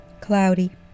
Cloudy